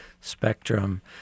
Spectrum